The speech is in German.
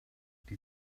die